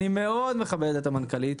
אני מכבד מאוד את המנכ"לית,